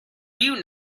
you